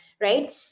Right